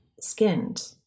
skinned